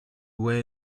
were